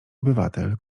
obywatel